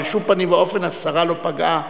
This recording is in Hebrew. בשום פנים ואופן השרה לא פגעה,